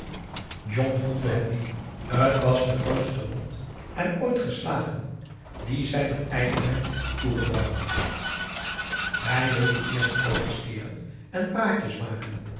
john voelde het diep t was de grootste wond hem ooit geslagen die zijner ijdelheid toegebracht hij wilde eerst protesteeren en praatjes maken